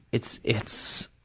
it's, it's